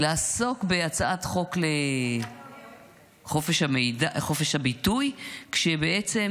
לעסוק בהצעת חוק על חופש הביטוי כשבעצם